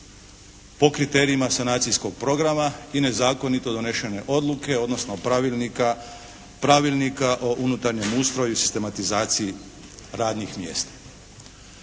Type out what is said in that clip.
Po kriterijima sanacijskog programa i nezakonito donesene odluke odnosno pravilnika o unutarnjem ustroju i sistematizaciji radnih mjesta.